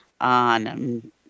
on